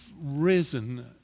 risen